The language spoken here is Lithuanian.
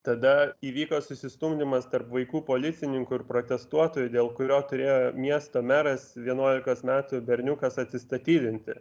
tada įvyko susistumdymas tarp vaikų policininkų ir protestuotojų dėl kurio turėjo miesto meras vienuolikos metų berniukas atsistatydinti